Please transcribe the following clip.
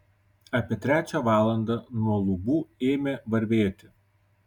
apie trečią valandą nuo lubų ėmė varvėti